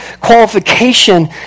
qualification